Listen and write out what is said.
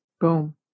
Boom